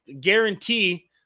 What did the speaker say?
guarantee